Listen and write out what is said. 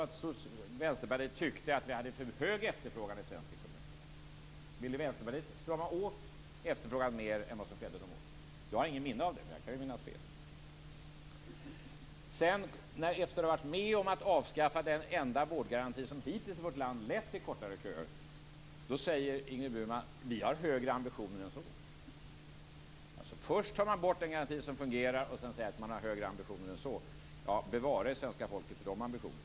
Tyckte Vänsterpartiet att vi hade en för hög efterfrågan i svensk ekonomi? Ville Vänsterpartiet strama åt efterfrågan mer än vad som skedde under dessa år? Jag har inget minne av det, men jag kan ju minnas fel. Efter att ha varit med om att avskaffa den enda vårdgaranti som hittills lett till kortare köer i vårt land säger Ingrid Burman: Vi har högre ambitioner än så. Först tar man alltså bort en garanti som fungerar. Sedan säger man att man har högre ambitioner än så. Bevare svenska folket för dessa ambitioner!